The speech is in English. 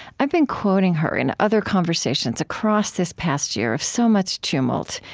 i've been quoting her in other conversations across this past year of so much tumult,